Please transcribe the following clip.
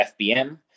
FBM